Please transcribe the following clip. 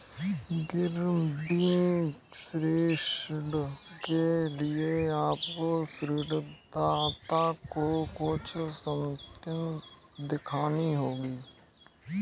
गिरवी ऋण के लिए आपको ऋणदाता को कुछ संपत्ति दिखानी होगी